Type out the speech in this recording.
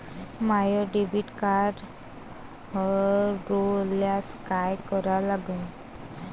माय debit card हरोल्यास काय करा लागन?